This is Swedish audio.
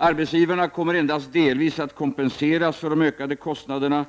Arbetsgivarna kommer endast delvis att kompenseras för de ökade kostnaderna